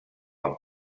amb